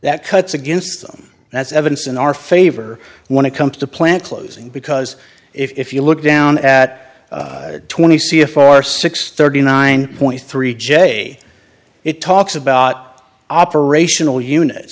that cuts against them that's evidence in our favor when it comes to plant closing because if you look down at twenty c a for six thirty nine point three j it talks about operational unit